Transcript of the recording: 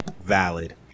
Valid